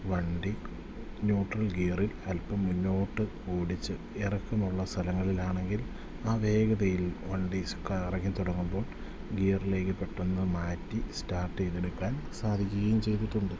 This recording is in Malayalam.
വണ്ടി ന്യൂട്രൽ ഗിയറിൽ അൽപ്പം മുന്നോട്ട് ഓടിച്ച് ഇറക്കമുള്ള സ്ഥലങ്ങളിലാണെങ്കിൽ ആ വേഗതയിൽ വണ്ടി സ് കറങ്ങി തുടങ്ങുമ്പോൾ ഗിയറിലേക്ക് പെട്ടെന്നു മാറ്റി സ്റ്റാർട്ട് ചെയ്തെടുക്കാൻ സാധിക്കുകയും ചെയ്തിട്ടുണ്ട്